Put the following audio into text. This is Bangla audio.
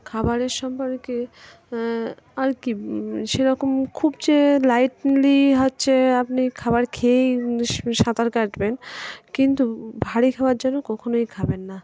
খাবারের সম্পর্কে আর কি সেরকম খুব যে লাইটলি হচ্ছে আপনি খাবার খেয়েই সাঁতার কাটবেন কিন্তু ভারী খাবার যেন কখনোই খাবেন না